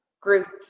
group